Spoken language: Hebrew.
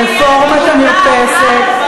רפורמת המרפסת,